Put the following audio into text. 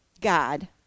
God